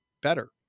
better